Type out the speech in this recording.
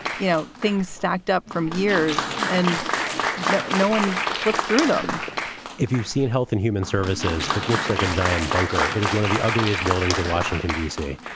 you know, things stacked up from years. and now no one flips through them if you've seen health and human services, it looks like a giant bunker. it is one of the ugliest buildings in washington, d c.